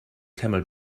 camel